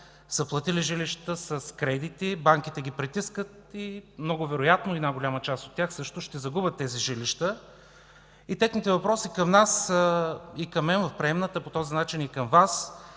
са платили жилищата с кредити, банките ги притискат и е много вероятно голяма част от тях също да загубят тези жилища. Техните въпроси към мен в приемната, а по този начин и към Вас